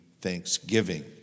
thanksgiving